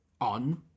on